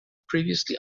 previously